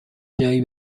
جایی